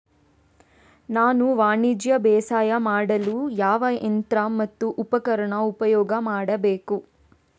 ನಾನು ವಾಣಿಜ್ಯ ಬೇಸಾಯ ಮಾಡಲು ಯಾವ ಯಂತ್ರ ಮತ್ತು ಉಪಕರಣ ಉಪಯೋಗ ಮಾಡಬೇಕು?